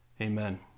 Amen